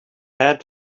had